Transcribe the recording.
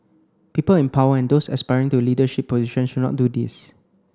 people in power and those aspiring to leadership position should not do this